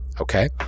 Okay